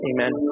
Amen